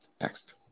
Next